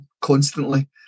constantly